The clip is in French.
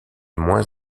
moins